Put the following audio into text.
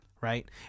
right